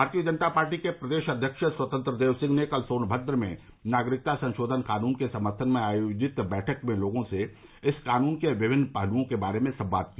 भारतीय जनता पार्टी के प्रदेश अध्यक्ष स्वतंत्रदेव सिंह ने कल सोनभद्र में नागरिकता संशोधन क़ानून के समर्थन में आयोजित बैठक में लोगों से इस कानून के विमिन्न पहलुओं के बारे में संवाद किया